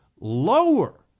lower